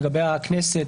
לגבי הכנסת,